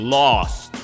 lost